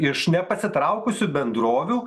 iš nepasitraukusių bendrovių